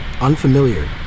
unfamiliar